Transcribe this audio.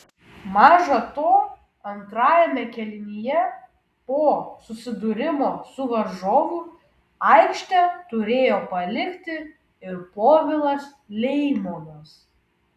maža to antrajame kėlinyje po susidūrimo su varžovu aikštę turėjo palikti ir povilas leimonas